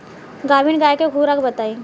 गाभिन गाय के खुराक बताई?